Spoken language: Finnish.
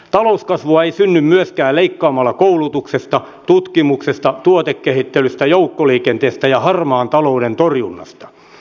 talouskasvua ei synny myöskään leikkaamalla koulutuksesta tutkimuksesta tuotekehittelystä joukkoliikenteestä ja harmaan talouden torjunnasta